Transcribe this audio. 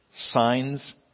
signs